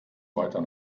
weiter